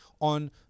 on